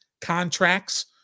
contracts